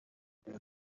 tuya